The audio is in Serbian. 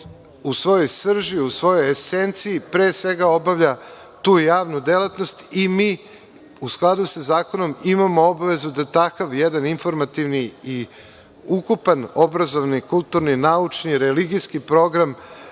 u svojoj srži, svojoj esenciji, pre svega obavlja tu javnu delatnost i mi u skladu sa zakonom imamo obavezu da takav jedan informativni i ukupan obrazovni, kulturni, naučni, religijski program